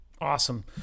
awesome